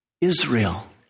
Israel